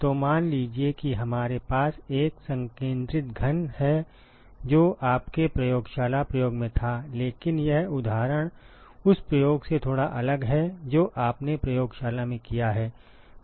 तो मान लीजिए कि हमारे पास एक संकेंद्रित घन है जो आपके प्रयोगशाला प्रयोग में था लेकिन यह उदाहरण उस प्रयोग से थोड़ा अलग है जो आपने प्रयोगशाला में किया है